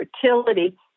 fertility